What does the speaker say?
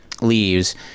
leaves